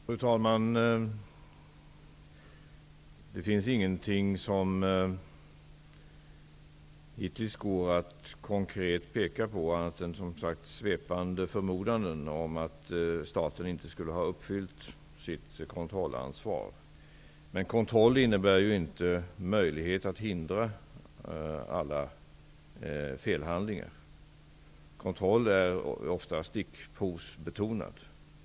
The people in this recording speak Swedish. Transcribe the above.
Fru talman! Det finns ingenting konkret som det hittills gått att peka på, bortsett från svepande förmodanden, när det gäller detta med att staten inte skulle ha uppfyllt sitt kontrollansvar. En kontroll innebär inte en möjlighet att hindra alla felhandlingar. En kontroll är ofta stickprovsbetonad.